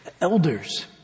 elders